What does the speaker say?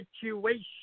situation